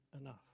enough